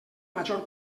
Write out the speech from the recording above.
major